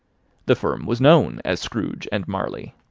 the firm was known as scrooge and marley.